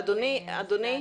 אדוני.